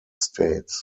states